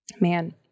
man